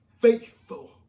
faithful